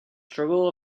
struggle